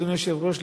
אדוני היושב-ראש,